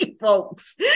folks